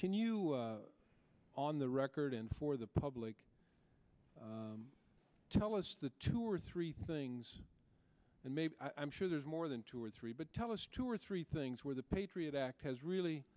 can you on the record and for the public tell us the two or three things and maybe i'm sure there's more than two or three but tell us two or three things where the patriot act has really